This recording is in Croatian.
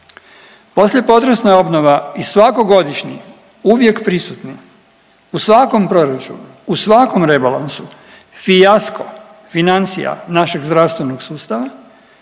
Poslije potresna obnova i svako godišnji uvijek prisutni u svakom proračunu u svakom rebalansu fijasko financija našeg zdrasvstvenog sustava,